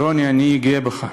רוני, אני גאה בך.